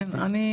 כן,